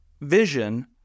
vision